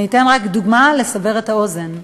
אני אתן רק דוגמה, לסבר את האוזן.